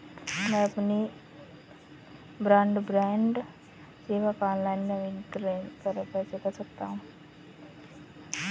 मैं अपनी ब्रॉडबैंड सेवा का ऑनलाइन नवीनीकरण कैसे कर सकता हूं?